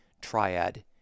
triad